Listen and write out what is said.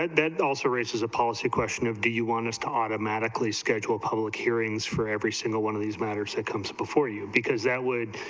that that it also raises a policy question of do you want us to automatically scheduled public hearings for every single one of these matters that comes before you because that would